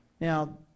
Now